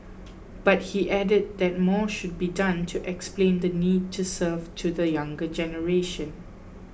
but he added that more should be done to explain the need to serve to the younger generation